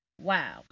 wow